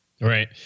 Right